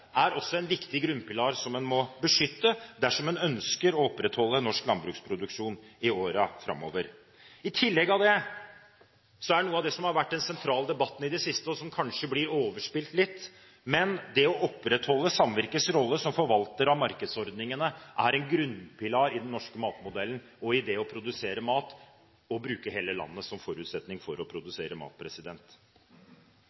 også en viktig grunnpilar som en må beskytte, dersom en ønsker å opprettholde norsk landbruksproduksjon i årene framover. I tillegg er noe av det som har vært den sentrale debatten i det siste, og som kanskje blir overspilt litt, å opprettholde samvirkes rolle som forvalter av markedsordningene, en grunnpilar i den norske matmodellen og i det å produsere mat og bruke hele landet som forutsetning for å